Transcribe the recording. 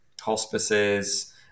hospices